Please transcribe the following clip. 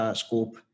scope